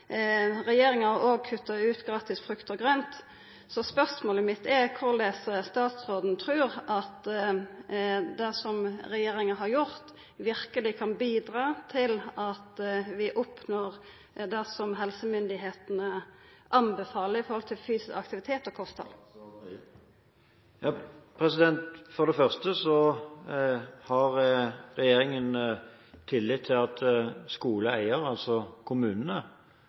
Regjeringa har òg kutta ut gratis frukt og grønt. Så spørsmålet mitt er korleis statsråden trur at det regjeringa har gjort, verkeleg kan bidra til at vi oppnår det som helsemyndigheitene anbefaler når det gjeld fysisk aktivitet og kosthald. For det første har regjeringen tillit til at skoleeier – altså kommunene